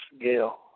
Gail